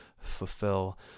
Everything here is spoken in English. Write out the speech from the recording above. fulfill